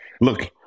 look